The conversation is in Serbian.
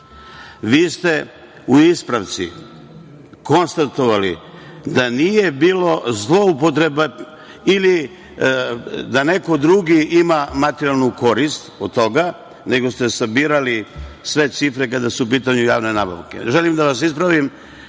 ste u ispravci konstatovali da nije bilo zloupotreba ili da neko drugi ima materijalnu korist od toga, nego ste sabirali sve cifre kada su u pitanju javne nabavke. Želim da vas ispravim,